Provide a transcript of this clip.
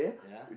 ya